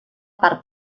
part